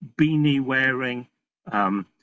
beanie-wearing